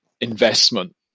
investment